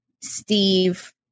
Steve